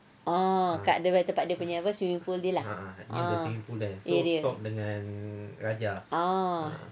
orh kat dia punya tempat dia punya swimming pool dia ah area ah